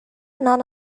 not